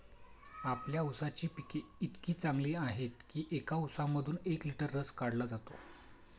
आपल्या ऊसाची पिके इतकी चांगली आहेत की एका ऊसामधून एक लिटर रस काढला जातो